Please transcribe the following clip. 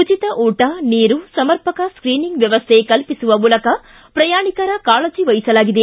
ಉಚಿತ ಊಟ ನೀರು ಸಮರ್ಪಕ ಸ್ತೀನಿಂಗ್ ವ್ಯವಸ್ಥೆ ಕಲ್ಪಿಸುವ ಮೂಲಕ ಪ್ರಯಾಣಿಕರ ಕಾಳಜಿ ವಹಿಸಲಾಗಿದೆ